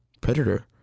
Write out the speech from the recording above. predator